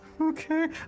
Okay